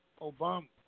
Obama